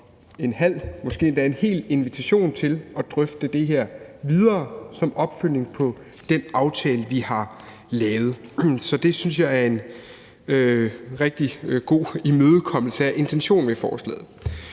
en halv – måske endda en hel – invitation til at drøfte det her videre som opfølgning på den aftale, vi har lavet. Det synes jeg er en rigtig positiv imødekommenhed over for intentionen med forslaget.